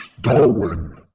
Darwin